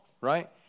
right